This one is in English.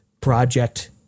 project